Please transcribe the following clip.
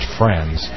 friends